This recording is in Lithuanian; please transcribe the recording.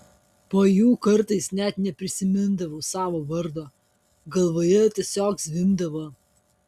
po jų kartais net neprisimindavau savo vardo galvoje tiesiog zvimbdavo